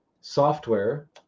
software